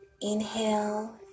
Inhale